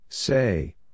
Say